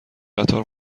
قطار